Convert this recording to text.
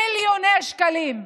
מיליוני שקלים.